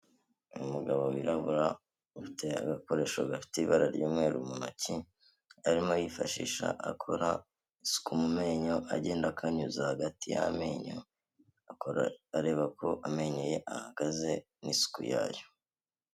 Umugabo wirabura, ufite agakoresho gafite ibara ry'umweru mu ntoki, arimo yifashisha akora isuku mu menyo, agenda akanyuza hagati y'amenyo, areba ko amenyo ye ahagaze, n'isuku yayo.